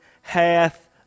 hath